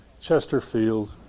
Chesterfield